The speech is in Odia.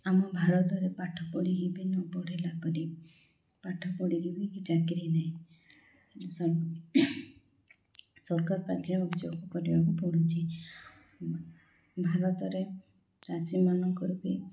ଆମ ଭାରତରେ ପାଠ ପଢ଼ିକି ବି ନ ପଢ଼ିଲା ପରି ପାଠ ପଢ଼ିକି ବି ଚାକିରୀ ନାହିଁ ସରକାର ପାଖରେ ଅଭିଯୋଗ କରିବାକୁ ପଡ଼ୁଛି ଭାରତରେ ଚାଷୀମାନଙ୍କ ବି